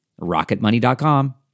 rocketmoney.com